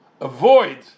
Avoid